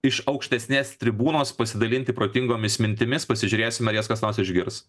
iš aukštesnės tribūnos pasidalinti protingomis mintimis pasižiūrėsim ar jas kas nors išgirs